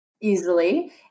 easily